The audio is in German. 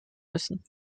müssen